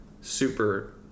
super